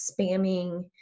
spamming